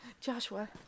Joshua